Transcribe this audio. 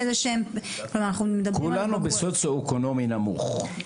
כולנו בסוציו-אקונומי נמוך,